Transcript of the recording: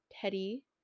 Teddy